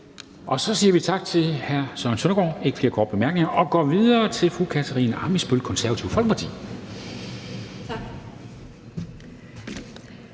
Så siger vi tak til hr. Søren Søndergaard. Der er ikke flere korte bemærkninger. Og vi går videre til fru Katarina Ammitzbøll, Det Konservative Folkeparti. Kl.